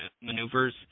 maneuvers